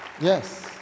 Yes